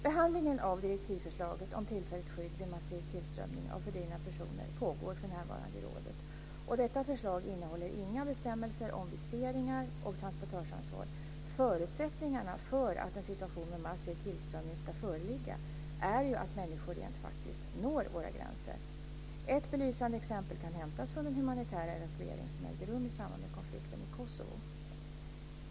Behandlingen av direktivförslaget om tillfälligt skydd vid massiv tillströmning av fördrivna personer pågår för närvarande i rådet. Detta förslag innehåller inga bestämmelser om viseringar och transportörsansvar. Förutsättningarna för att en situation med massiv tillströmning ska föreligga är ju att människor rent faktiskt når våra gränser. Ett belysande exempel kan hämtas från den humanitära evakuering som ägde rum i samband med konflikten i Kosovo.